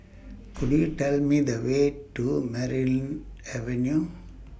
Could YOU Tell Me The Way to Merryn Avenue